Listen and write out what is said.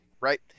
right